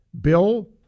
Bill